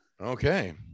Okay